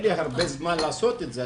אין לי הרבה זמן לעשות את זה.